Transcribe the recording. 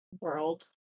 world